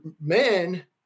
men